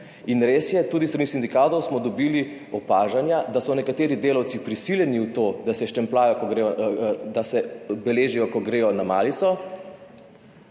Res je, tudi s strani sindikatov smo dobili opažanja, da so nekateri delavci prisiljeni v to, da se beležijo, ko gredo na malico,